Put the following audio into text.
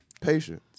patience